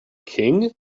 king